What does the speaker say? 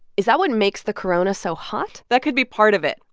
is that what makes the corona so hot? that could be part of it.